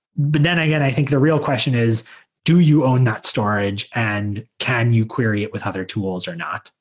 but then again i think the real question is do you own that storage and can you query it with other tools or not?